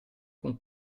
con